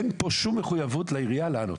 לעירייה אין כאן כל מחויבות לענות.